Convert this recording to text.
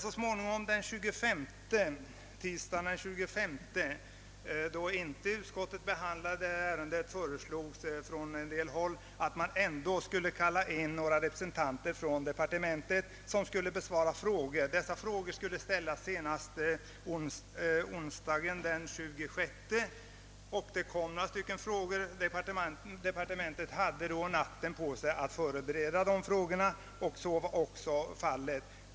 Tisdagen den 25 — då utskottet inte hade ärendet uppe till behandling — föreslogs från en del håll att några representanter från departementet skulle inkallas för att be svara skriftliga frågor, som skulle framställas senast onsdagen den 26. Några frågor inkom också, och departementet hade alltså en natt på sig att förbereda svaren.